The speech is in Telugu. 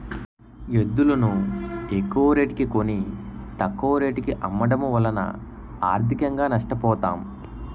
ఎద్దులును ఎక్కువరేటుకి కొని, తక్కువ రేటుకు అమ్మడము వలన ఆర్థికంగా నష్ట పోతాం